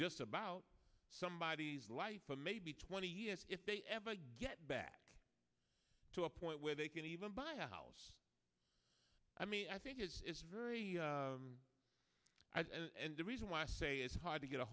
just about somebody's life or maybe twenty years if they ever get back to a point where they can even buy a house i mean i think it's very hard and the reason why i say it's hard to get a